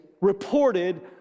reported